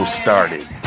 started